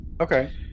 Okay